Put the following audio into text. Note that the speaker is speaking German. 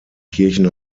kirchen